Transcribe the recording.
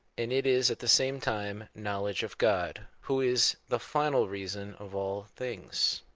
and it is at the same time knowledge of god, who is the final reason of all things.